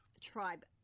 tribe